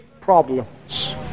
problems